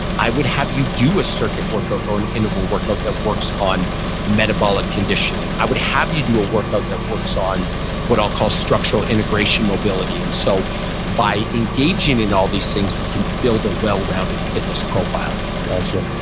i would have you do a circuit workout, or an interval workout that works on metabolic conditioning. i would have you do a workout that works on what i'll call structural integration mobility. and so by engaging in all these things, we can build a well-rounded fitness profile gotcha.